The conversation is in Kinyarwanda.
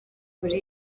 kuri